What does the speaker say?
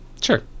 Sure